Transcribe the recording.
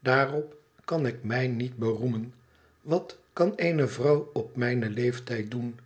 daarop kan ik mij niet beroemen wat kan eene vrouw op mijn leeftijd doen